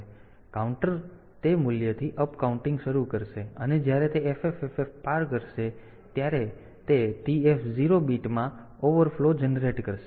તેથી કાઉન્ટર તે મૂલ્યથી અપકાઉન્ટિંગ કરશે અને જ્યારે તે FFFF પાર કરશે ત્યારે તે TF 0 બીટમાં ઓવરફ્લો જનરેટ કરશે